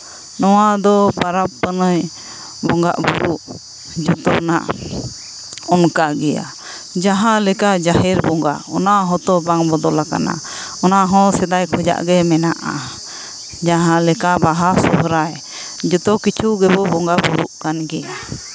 ᱱᱚᱣᱟ ᱫᱚ ᱯᱚᱨᱚᱵᱽ ᱯᱩᱱᱟᱹᱭ ᱵᱚᱸᱜᱟᱜ ᱵᱩᱨᱩᱜ ᱡᱚᱛᱚᱱᱟᱜ ᱚᱱᱠᱟ ᱜᱮᱭᱟ ᱡᱟᱦᱟᱸᱞᱮᱠᱟ ᱡᱟᱦᱮᱨ ᱵᱚᱸᱜᱟ ᱚᱱᱟ ᱦᱚᱸᱛᱚ ᱵᱟᱝ ᱵᱚᱫᱚᱞ ᱟᱠᱟᱱᱟ ᱚᱱᱟᱦᱚᱸ ᱥᱮᱫᱟᱭ ᱠᱷᱚᱱᱟᱜ ᱜᱮ ᱢᱮᱱᱟᱜᱼᱟ ᱡᱟᱦᱟᱸ ᱞᱮᱠᱟ ᱵᱟᱦᱟ ᱥᱚᱦᱚᱨᱟᱭ ᱡᱚᱛᱚ ᱠᱤᱪᱷᱩ ᱜᱮᱵᱚᱱ ᱵᱚᱸᱜᱟᱼᱵᱩᱨᱩᱜ ᱠᱟᱱ ᱜᱮᱭᱟ